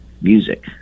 music